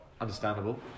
Understandable